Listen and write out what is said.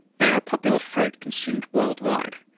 they are a popular fruit consumed worldwide.